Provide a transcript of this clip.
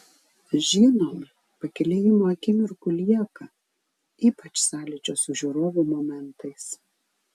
žinoma pakylėjimo akimirkų lieka ypač sąlyčio su žiūrovu momentais